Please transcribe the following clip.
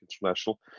international